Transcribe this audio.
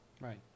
Right